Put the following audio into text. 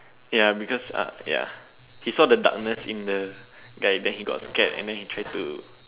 ya because uh ya he saw the darkness in the guy then he got scared and then he tried to